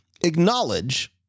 acknowledge